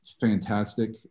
fantastic